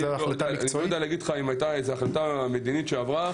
אני לא יודע להגיד לך אם הייתה החלטה מדינית שעברה.